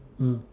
mm